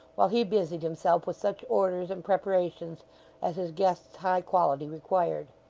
while he busied himself with such orders and preparations as his guest's high quality required.